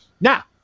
Now